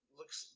looks